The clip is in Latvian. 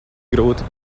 grūti